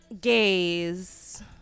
gaze